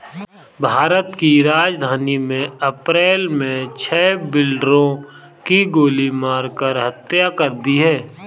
भारत की राजधानी में अप्रैल मे छह बिल्डरों की गोली मारकर हत्या कर दी है